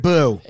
Boo